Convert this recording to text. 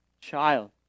child